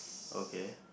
okay